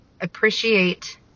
appreciate